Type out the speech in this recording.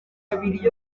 abiri